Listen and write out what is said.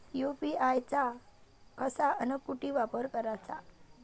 UPI चा कसा अन कुटी वापर कराचा?